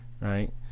right